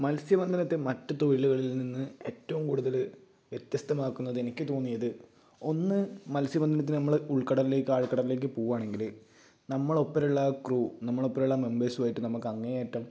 മത്സ്യ ബന്ധനത്തെ മറ്റ് തൊഴിലുകളിൽ നിന്ന് എറ്റവും കൂടുതലൽ വ്യത്യസ്തമാക്കുന്നത് എനിക്ക് തോന്നിയത് ഒന്ന് മത്സ്യ ബന്ധനത്തിന് നമ്മൾ ഉൾക്കടലിലേക്ക് ആഴ കടലിലേക്ക് പോവുകയാണെങ്കിൽ നമ്മളുടെ ഒപ്പമുള്ള ക്രു നമ്മളുടെ ഒപ്പമുള്ള മെംബേഴ്സ് ആയിട്ട് അങ്ങേയറ്റം